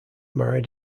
married